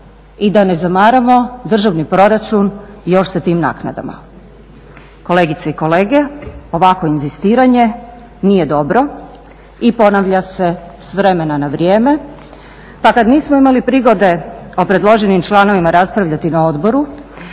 i da ne zamaramo državni proračun još sa tim naknadama. Kolegice i kolege ovako inzistiranje nije dobro i ponavlja se s vremena na vrijeme. Pa kada nismo imali prigode o predloženim članovima raspravljati na odboru